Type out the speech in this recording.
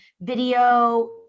video